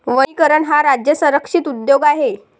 वनीकरण हा राज्य संरक्षित उद्योग आहे